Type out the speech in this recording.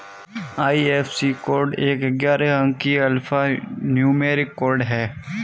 IFSC code एक ग्यारह अंकीय अल्फा न्यूमेरिक कोड है